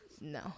No